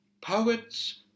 poets